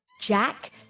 Jack